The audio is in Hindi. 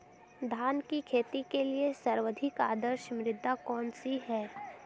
धान की खेती के लिए सर्वाधिक आदर्श मृदा कौन सी है?